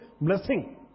blessing